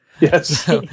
Yes